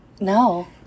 No